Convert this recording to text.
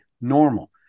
normal